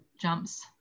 jumps